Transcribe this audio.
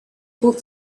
both